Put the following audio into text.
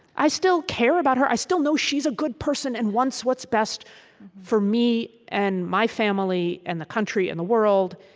i still care about her. i still know she's a good person and wants what's best for me and my family and the country and the world.